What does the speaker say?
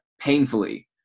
painfully